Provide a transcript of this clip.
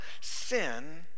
Sin